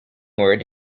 word